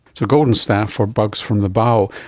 so golden staph or bugs from the bowel.